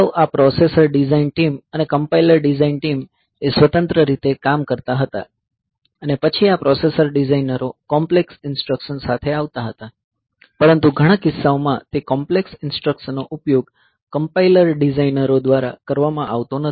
અગાઉ આ processor design team અને કમ્પાઇલર ડિઝાઇન ટીમ એ સ્વતંત્ર રીતે કામ કરતા હતા અને પછી આ પ્રોસેસર ડિઝાઇનરો કોમ્પ્લેક્સ ઈન્સ્ટ્રકશન સાથે આવતા હતા પરંતુ ઘણા કિસ્સાઓમાં તે કોમ્પ્લેક્સ ઈન્સ્ટ્રકશનનો ઉપયોગ કમ્પાઇલર ડિઝાઇનરો દ્વારા કરવામાં આવતો નથી